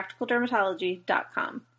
practicaldermatology.com